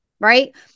right